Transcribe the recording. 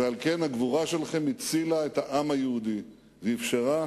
ועל כן הגבורה שלכם הצילה את העם היהודי, ואפשרה